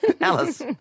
Alice